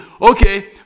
Okay